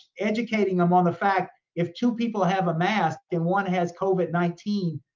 educating them on the fact, if two people have a mass and one has covid nineteen,